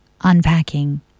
unpacking